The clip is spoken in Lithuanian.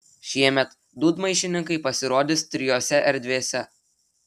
šiemet dūdmaišininkai pasirodys trijose erdvėse